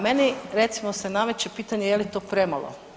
Meni recimo se nameće pitanje je li to premalo?